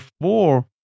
four